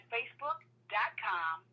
Facebook.com